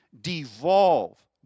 devolve